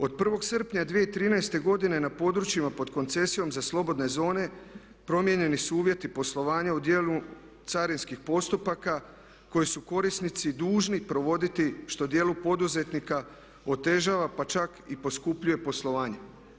Od 1. srpnja 2013. godine na područjima pod koncesijama za slobodne zone promijenjeni su uvjeti poslovanja u dijelu carinskih postupaka koji su korisnici dužni provoditi što dijelu poduzetnika otežava, pa čak i poskupljuje poslovanje.